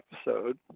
episode